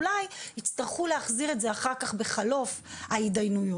יצטרכו להחזיר את זה אחר כך בחלוף ההתדיינויות.